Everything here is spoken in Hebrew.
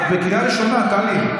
את בקריאה ראשונה, טלי.